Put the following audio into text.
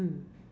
mm